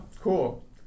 cool